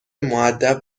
مودب